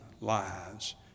lives